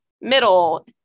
middle